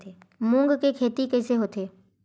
मूंग के खेती कइसे होथे?